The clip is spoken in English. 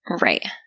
Right